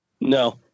No